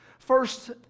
First